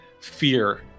fear